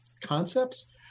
concepts